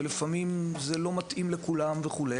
ולפעמים זה לא מתאים לכולם וכו',